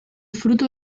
fruto